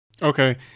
Okay